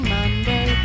Monday